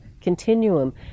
continuum